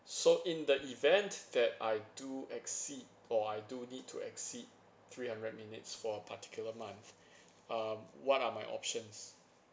so in the event that I do exceed or I do need to exceed three hundred minutes for a particular month um what are my options